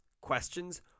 questions